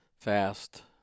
fast